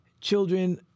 Children